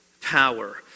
power